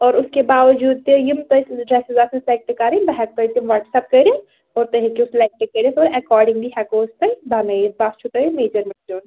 اور اُس کے باوجوٗد تہِ یِم تۄہہِ ڈرٛٮ۪سٕز آسَن سِلٮ۪کٹ کَرٕنۍ بہٕ ہٮ۪کہٕ تۄہہِ تِم وَٹسَپ کٔرِتھ اور تُہۍ ہیٚکِو سِلٮ۪کٹ کٔرِتھ اور اٮ۪کاڈِنٛگلی ہٮ۪کو أسۍ تۄہہِ بَنٲیِتھ تَتھ چھُو تۄہہِ میجَرمٮ۪نٛٹ دیُن